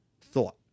thought